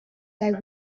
they